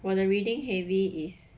我的 reading heavy is